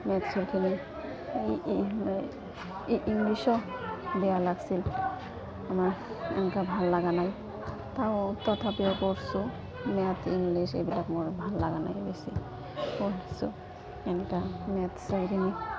মেথ্ছৰখিনি ইংলিছো বেয়া লাগছিল আমাৰ এনকা ভাল লাগা নাই তাও তথাপিও পঢ়ছোঁ মেথ্ছ ইংলিছ এইবিলাক মোৰ ভাল লাগা নাই বেছি পঢ়ছোঁ এনকা মেথ্ছৰখিনি